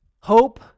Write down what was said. Hope